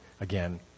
again